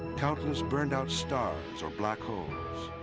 countless burned-out stars or black holes.